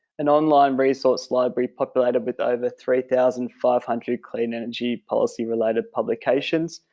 an online resource library populated with over three thousand five hundred clean energy policy-related publications,